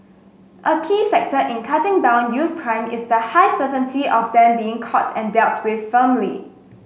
a key factor in cutting down youth crime is the high certainty of them being caught and dealt with firmly